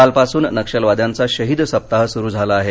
काल पासून नक्षलवाद्यांचा शहीद सप्ताह सुरू झाला आहे